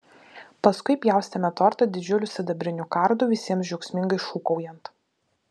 paskui pjaustėme tortą didžiuliu sidabriniu kardu visiems džiaugsmingai šūkaujant